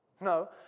No